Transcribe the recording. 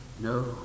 No